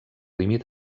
límit